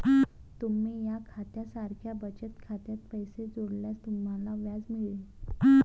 तुम्ही या खात्या सारख्या बचत खात्यात पैसे जोडल्यास तुम्हाला व्याज मिळेल